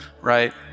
right